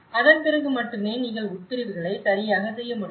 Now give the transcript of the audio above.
அதன்பிறகு மட்டுமே நீங்கள் உட்பிரிவுகளை சரியாக செய்ய முடியும்